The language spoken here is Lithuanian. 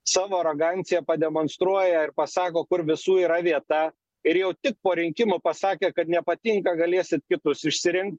savo aroganciją pademonstruoja ir pasako kur visų yra vieta ir jau tik po rinkimų pasakė kad nepatinka galėsit kitus išsirinkt